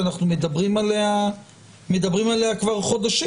שאנחנו מדברים עליה כבר חודשים.